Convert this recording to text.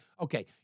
Okay